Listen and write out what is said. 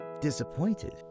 disappointed